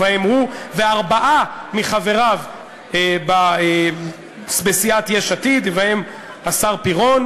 ובהם הוא וארבעה מחבריו בסיעת יש עתיד ובהם השר פירון.